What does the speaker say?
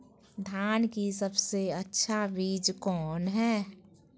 धान की सबसे अच्छा बीज कौन है?